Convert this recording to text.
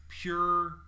pure